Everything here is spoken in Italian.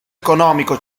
economico